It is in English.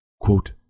quote